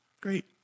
Great